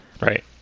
Right